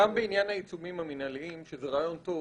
גם בעניין העיצומים המנהליים שזה רעיון טוב,